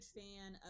fan